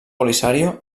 polisario